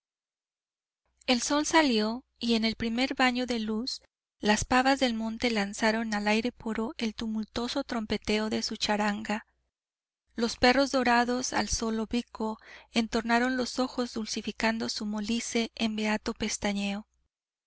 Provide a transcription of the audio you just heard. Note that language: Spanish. el sol salió y en el primer baño de luz las pavas del monte lanzaron al aire puro el tumultuoso trompeteo de su charanga los perros dorados al sol oblicuo entornaron los ojos dulcificando su molicie en beato pestañeo